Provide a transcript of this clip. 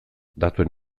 datuen